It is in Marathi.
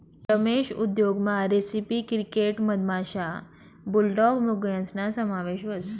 रेशीम उद्योगमा रेसिपी क्रिकेटस मधमाशा, बुलडॉग मुंग्यासना समावेश व्हस